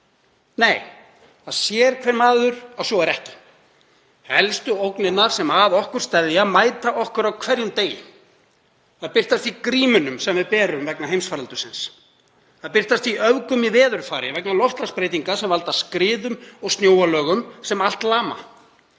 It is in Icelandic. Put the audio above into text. Nei, það sér hver maður að svo er ekki. Helstu ógnirnar sem að okkur steðja mæta okkur á hverjum degi. Þær birtast í grímunni sem við berum vegna heimsfaraldursins. Þær birtast í öfgum í veðurfari vegna loftslagsbreytinga sem valda skriðum og snjóalögum sem allt lama.